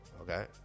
Okay